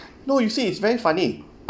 no you see it's very funny